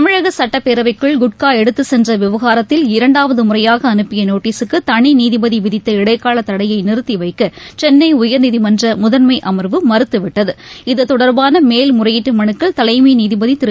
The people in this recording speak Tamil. தமிழக சட்டப்பேரவைக்குள் குட்கா எடுத்து சென்ற விவகாரத்தில் இரண்டாவது முறையாக அறைப்பிய நோட்டீசுக்கு தனி நீதிபதி விதித்த இடைக்கால தடையை நிறுத்திவைக்க சென்னை உயா்நீதிமன்ற முதன்மை அமர்வு மறுத்துவிட்டது தொடர்பான மேல்முறையீட்டு மனுக்கள் தலைமை நீதிபதி இத திரு